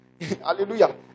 Hallelujah